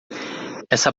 essa